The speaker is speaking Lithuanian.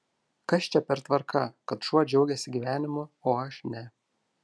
kas čia per tvarka kad šuo džiaugiasi gyvenimu o aš ne